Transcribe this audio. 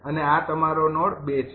અને આ તમારો નોડ ૨ છે